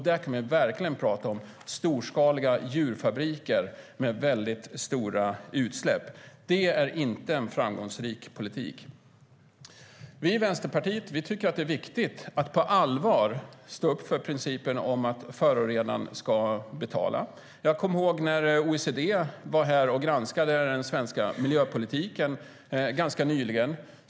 Där kan vi verkligen prata om storskaliga djurfabriker med väldigt stora utsläpp. Det är inte en framgångsrik politik. Vi i Vänsterpartiet tycker att det är viktigt att på allvar stå upp för principen om att förorenaren ska betala. Jag kommer ihåg när OECD var här och granskade den svenska miljöpolitiken ganska nyligen.